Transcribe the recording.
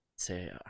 say